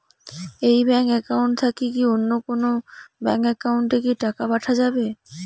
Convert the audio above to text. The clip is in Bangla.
এই ব্যাংক একাউন্ট থাকি কি অন্য কোনো ব্যাংক একাউন্ট এ কি টাকা পাঠা যাবে?